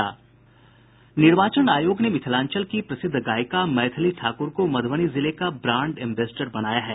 निर्वाचन आयोग ने मिथिलांचल की प्रसिद्ध गायिका मैथिली ठाक्र को मध्रबनी जिले का ब्रांड एम्बेसडर बनाया है